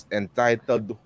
entitled